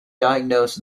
diagnosed